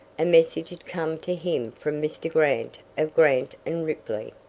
a message had come to him from mr. grant of grant and ripley,